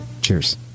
Cheers